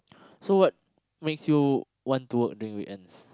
so what makes you want to work during weekends